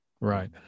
Right